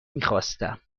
میخواستم